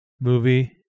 movie